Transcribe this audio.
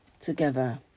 together